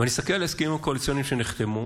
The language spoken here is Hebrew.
אני מסתכל על ההסכמים הקואליציוניים שנחתמו,